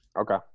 Okay